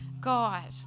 God